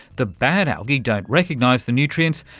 the bad algae don't recognise the nutrients,